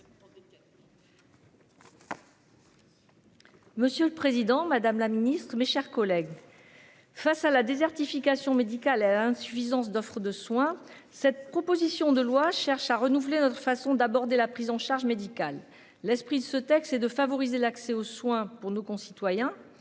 Monsieur le Président Madame la Ministre, mes chers collègues. Face à la désertification médicale insuffisance d'offre de soins. Cette proposition de loi cherche à renouveler notre façon d'aborder la prise en charge médicale. L'esprit de ce texte et de favoriser l'accès aux soins pour nos concitoyens.